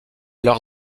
leur